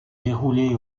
déroulé